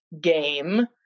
game